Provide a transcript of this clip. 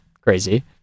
crazy